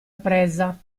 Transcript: presa